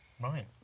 Right